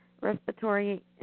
respiratory